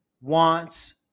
wants